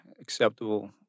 acceptable